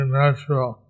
natural